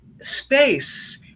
space